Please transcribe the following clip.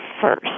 first